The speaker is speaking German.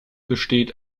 besteht